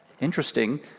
interesting